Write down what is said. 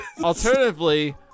alternatively